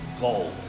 gold